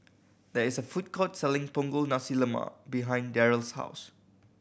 there is a food court selling Punggol Nasi Lemak behind Daryl's house